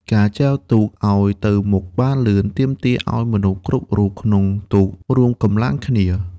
ការចែវទូកឱ្យទៅមុខបានលឿន ទាមទារឱ្យមនុស្សគ្រប់រូបក្នុងទូករួមកម្លាំងគ្នា។